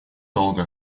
долго